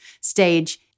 stage